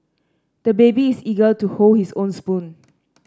the baby is eager to hold his own spoon